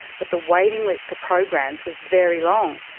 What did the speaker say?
but the waiting list for programs was very long.